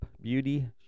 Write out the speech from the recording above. beauty